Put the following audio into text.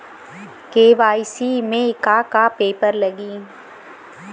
KYC में का का पेपर लगी?